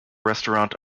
restaurant